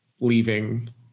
leaving